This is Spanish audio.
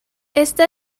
esta